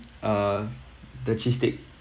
uh the cheese stick